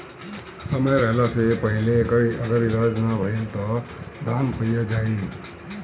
समय रहला से पहिले एकर अगर इलाज ना भईल त धान पइया जाई